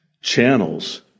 channels